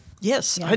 Yes